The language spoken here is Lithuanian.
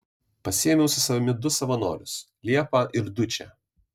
pasiėmiau su savimi du savanorius liepą ir dučę